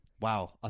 Wow